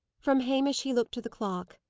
from hamish he looked to the clock.